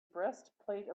breastplate